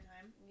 time